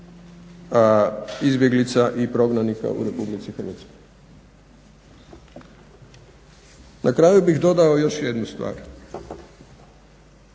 izbjeglica i prognanika u RH." Na kraju bih dodao još jednu stvar,